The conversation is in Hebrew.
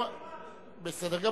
עוברים הלאה, בסדר.